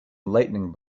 lightning